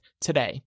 today